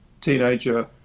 teenager